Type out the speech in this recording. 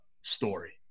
story